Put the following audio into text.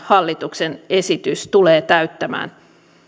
hallituksen esitys tulee täyttämään